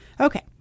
Okay